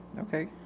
Okay